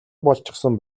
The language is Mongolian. болчихсон